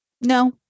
No